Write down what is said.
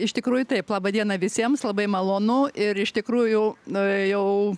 iš tikrųjų taip laba diena visiems labai malonu ir iš tikrųjų a jau